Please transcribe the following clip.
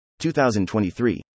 2023